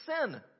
sin